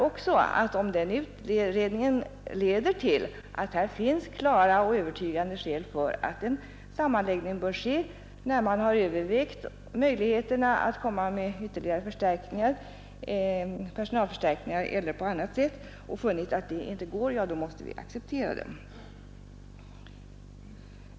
Om den utredningen leder till att det finns klara och övertygande skäl för en sammanläggning, sedan man övervägt möjligheterna att åstadkomma ytterligare personalförstärkningar och funnit att det inte går, då måste vi acceptera det.